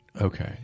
Okay